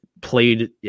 played